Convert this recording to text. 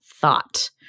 thought